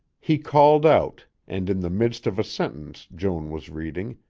he called out, and, in the midst of a sentence joan was reading,